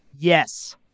Yes